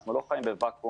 אנחנו לא חיים בוואקום,